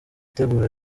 itegura